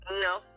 No